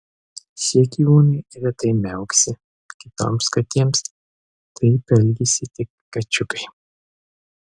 šie gyvūnai retai miauksi kitoms katėms taip elgiasi tik kačiukai